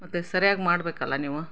ಮತ್ತೆ ಸರಿಯಾಗಿ ಮಾಡ್ಬೇಕಲ್ವ ನೀವು